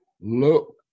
look